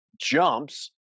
jumps